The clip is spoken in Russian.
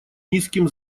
низким